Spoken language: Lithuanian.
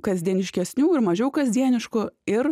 kasdieniškesnių ir mažiau kasdieniškų ir